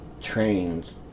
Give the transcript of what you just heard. trains